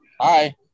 Hi